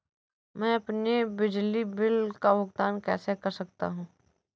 मैं अपने बिजली बिल का भुगतान कैसे कर सकता हूँ?